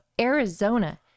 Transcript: Arizona